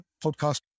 podcast